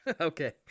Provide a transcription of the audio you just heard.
Okay